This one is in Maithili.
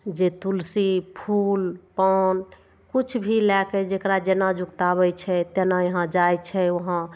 जे तुलसी फूल पान किछु भी लए कऽ जकरा जेना जुकताबय छै तेना यहाँ जाइ छै वहाँ